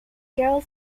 girl